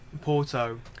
Porto